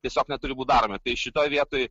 tiesiog neturi būt daromi tai šitoj vietoj